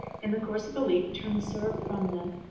in the course of a week turn the syrup from them,